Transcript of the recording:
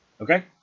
Okay